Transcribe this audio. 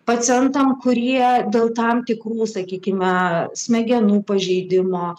pacientam kurie dėl tam tikrų sakykime smegenų pažeidimo